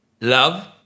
love